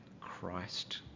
Christ